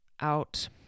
out